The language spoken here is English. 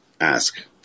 ask